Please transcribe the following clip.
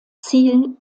ziel